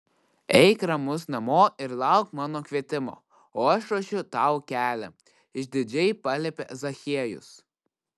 eik ramus namo ir lauk mano kvietimo o aš ruošiu tau kelią išdidžiai paliepė zachiejus